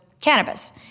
cannabis